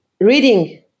reading